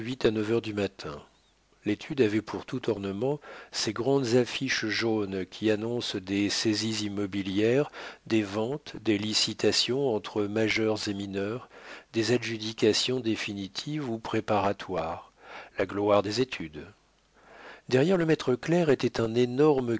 à neuf heures du matin l'étude avait pour tout ornement ces grandes affiches jaunes qui annoncent des saisies immobilières des ventes des licitations entre majeurs et mineurs des adjudications définitives ou préparatoires la gloire des études derrière le maître clerc était un énorme